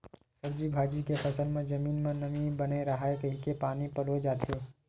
सब्जी भाजी के फसल म जमीन म नमी बने राहय कहिके पानी पलोए जाथे